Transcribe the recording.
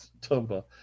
Tumba